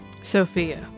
sophia